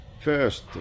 first